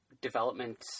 development